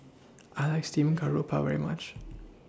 I like Steamed Garoupa very much